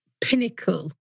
pinnacle